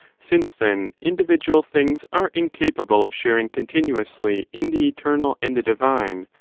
since, then, individual things are incapable of sharing continuously in the eternal and the divine,